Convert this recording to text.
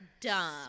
Dumb